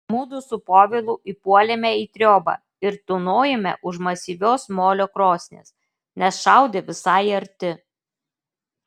mudu su povilu įpuolėme į triobą ir tūnojome už masyvios molio krosnies nes šaudė visai arti